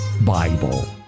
Bible